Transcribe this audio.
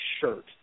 shirt